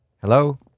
Hello